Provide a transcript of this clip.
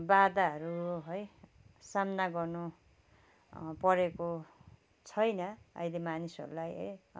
बादाहरू है सामना गर्नु परेको छैन अहिले मानिसहरूलाई है